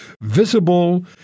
visible